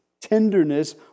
tenderness